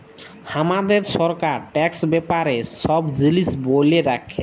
হামাদের সরকার ট্যাক্স ব্যাপারে সব জিলিস ব্যলে রাখে